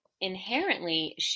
inherently